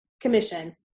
commission